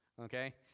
Okay